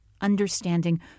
understanding